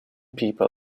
people